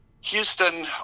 houston